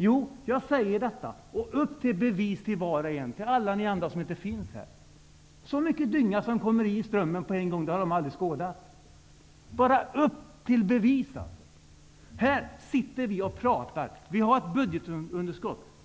Jo, jag säger -- upp till bevis var och en, och alla ni andra som inte finns här -- att så mycket dynga som kommer ner i Strömmen på en gång har de aldrig skådat. Upp till bevis!